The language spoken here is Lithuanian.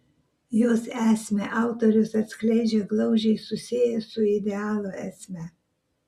jos esmę autorius atskleidžia glaudžiai susiejęs su idealo esme